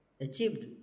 achieved